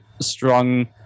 strong